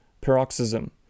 paroxysm